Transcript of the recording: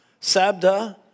Sabda